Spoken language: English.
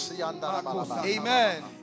amen